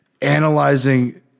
analyzing